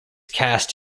cast